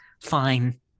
fine